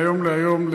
מהיום להיום,